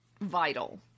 vital